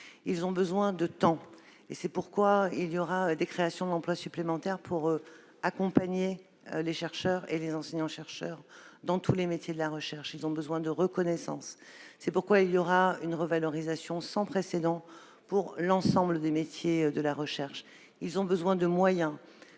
Ils ont besoin de temps, c'est pourquoi nous créerons des emplois supplémentaires pour accompagner les chercheurs et les enseignants-chercheurs dans tous les métiers de la recherche ; ils ont besoin de reconnaissance, c'est pourquoi nous mettrons en oeuvre une revalorisation sans précédent de l'ensemble des métiers de la recherche ; ils ont besoin de moyens,